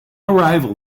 arrival